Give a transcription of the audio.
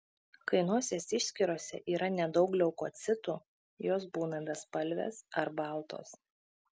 kai nosies išskyrose yra nedaug leukocitų jos būna bespalvės ar baltos